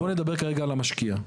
בוא נדבר רגע על המשקיע.